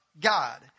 God